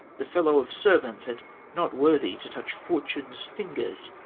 the fellow of servants, and not worthy to touch fortune's fingers.